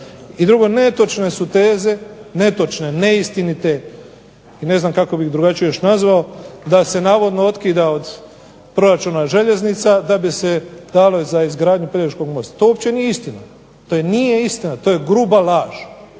I drugo, netočne su teze, netočne, neistinite i ne znam kako bi ih drugačije još nazvao da se navodno otkida od proračuna željeznica da bi se dalo za izgradnju Pelješkog mosta. To uopće nije istina. To nije istina, to je gruba laž.